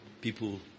people